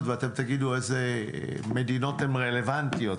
ואתם תגידו איזה מדינות הן רלוונטיות,